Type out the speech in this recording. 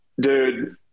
Dude